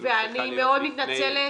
ואני מאוד מתנצלת,